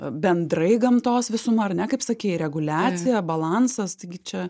bendrai gamtos visuma ar ne kaip sakei reguliacija balansas taigi čia